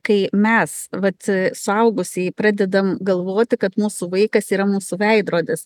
kai mes vat suaugusieji pradedam galvoti kad mūsų vaikas yra mūsų veidrodis